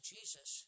Jesus